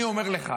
אני אומר לך